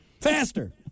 Faster